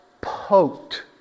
poked